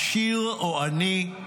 עשיר או עני,